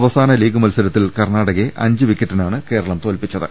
അവസാന ലീഗ് മത്സരത്തിൽ കർണാടകയെ അഞ്ച് വിക്കറ്റിനാണ് കേരളം തോൽപ്പിച്ചത്